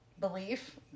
belief